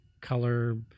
color